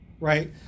right